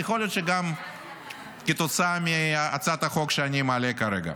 יכול להיות שגם כתוצאה מהצעת החוק שאני מעלה כרגע.